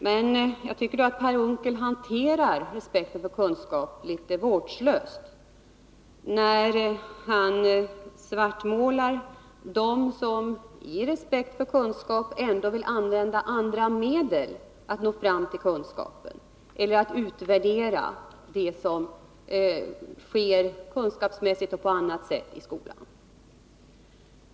Men jag tycker att Per Unckel är lite vårdslös när det gäller respekten för kunskap, när han svartmålar dem som i respekt för kunskap vill använda andra medel för att nå fram till kunskap eller utvärdera det som sker kunskapsmässigt och på annat sätt i skolan.